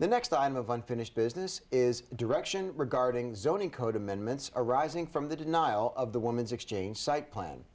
the next item of unfinished business is direction regarding zoning code amendments arising from the denial of the woman's exchange site plan